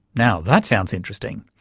now, that sounds interesting.